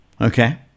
Okay